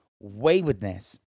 waywardness